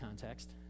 context